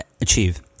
achieve